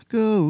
go